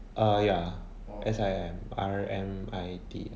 err ya S_I_M R_M_I_T ah